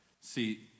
see